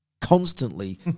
constantly